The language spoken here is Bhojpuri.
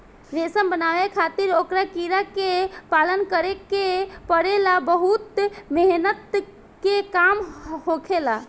रेशम बनावे खातिर ओकरा कीड़ा के पालन करे के पड़ेला बहुत मेहनत के काम होखेला